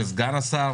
עם סגן השר